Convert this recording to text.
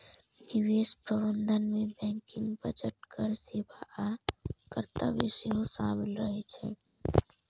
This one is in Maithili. निवेश प्रबंधन मे बैंकिंग, बजट, कर सेवा आ कर्तव्य सेहो शामिल रहे छै